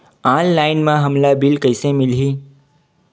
Online म हमला bill कइसे मिलही?